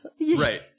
right